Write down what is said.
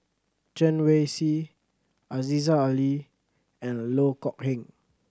Chen Wen Hsi Aziza Ali and Loh Kok Heng